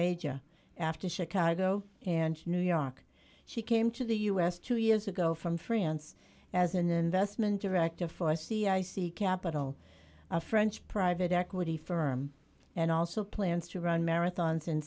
major after chicago and new york she came to the u s two years ago from france as an investment director for c i c capital a french private equity firm and also plans to run marathons in